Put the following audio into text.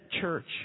church